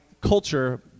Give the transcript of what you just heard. culture